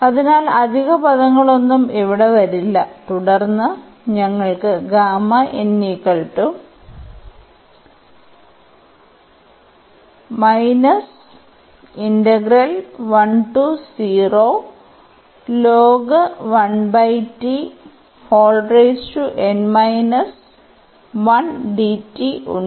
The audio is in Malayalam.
അതിനാൽ അധിക പദങ്ങളൊന്നും ഇവിടെ വരില്ല തുടർന്ന് ഞങ്ങൾക്ക് ഉണ്ട്